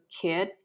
kid